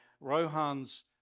Rohan's